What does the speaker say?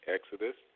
Exodus